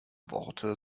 worte